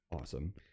Awesome